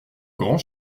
grand